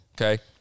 Okay